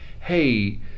hey